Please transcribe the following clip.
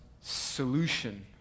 solution